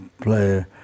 play